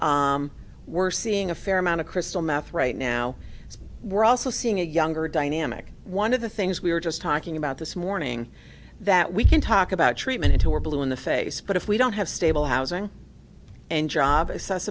we're seeing a fair amount of crystal meth right now we're also seeing a younger dynamic one of the things we were just talking about this morning that we can talk about treatment until we're blue in the face but if we don't have stable housing and jobs as